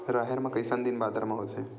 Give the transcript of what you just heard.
राहेर ह कइसन दिन बादर म होथे?